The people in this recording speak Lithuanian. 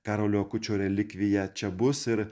karolio akučio relikviją čia bus ir